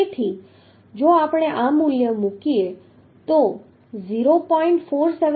તેથી જો આપણે આ મૂલ્યો મૂકીએ તો 0